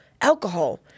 Alcohol